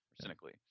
cynically